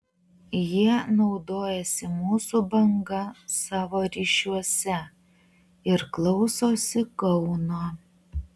jie naudojasi mūsų banga savo ryšiuose ir klausosi kauno